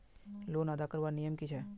Loan अदा करवार नियम की छे?